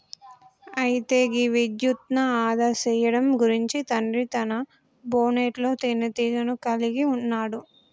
అయితే గీ విద్యుత్ను ఆదా సేయడం గురించి తండ్రి తన బోనెట్లో తీనేటీగను కలిగి ఉన్నాడు